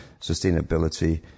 sustainability